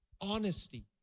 Honesty